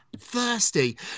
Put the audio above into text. thirsty